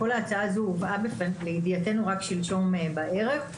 כל ההצעה הזאת הובאה לידיעתנו רק שלשום בערב.